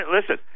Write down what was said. listen